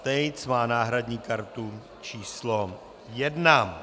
Tejc má náhradní kartu číslo 1.